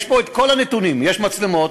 יש פה כל הנתונים: יש מצלמות,